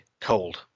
cold